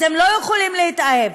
אתם לא יכולים להתאהב.